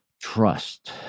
trust